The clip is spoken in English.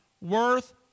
worth